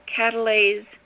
catalase